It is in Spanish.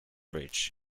bridge